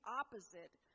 opposite